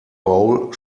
bowl